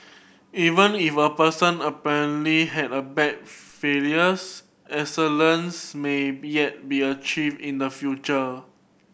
even if a person apparently had a bad failures excellence may yet be achieved in the future